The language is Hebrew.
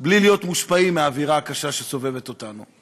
בלי להיות מושפעים מהאווירה הקשה שסובבת אותנו,